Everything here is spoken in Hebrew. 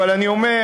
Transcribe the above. אבל אני אומר